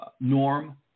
Norm